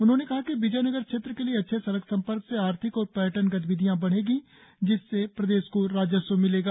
उन्होंने कहा कि विजोयनगर क्षेत्र के लिए अच्छे सड़क संपर्क से आर्थिक और पर्यटन गतिविधियां बढ़ेंगी जिससे प्रदेश को राजस्व मिलेगा